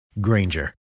Granger